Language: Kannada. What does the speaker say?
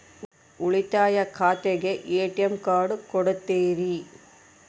ಉಳಿತಾಯ ಖಾತೆಗೆ ಎ.ಟಿ.ಎಂ ಕಾರ್ಡ್ ಕೊಡ್ತೇರಿ?